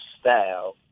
style